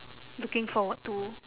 looking forward to